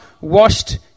washed